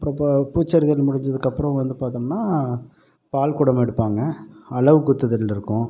அப்புறம் ப்ப பூச்செரிதல் முடிஞ்துக்கு அப்புறம் வந்து பார்த்தோம்னா பால் குடம் எடுப்பாங்க அலகு குத்துதல் இருக்கும்